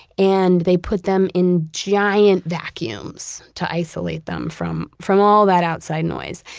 and they put them in giant vacuums to isolate them from from all that outside noise.